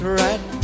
right